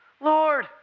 Lord